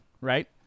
right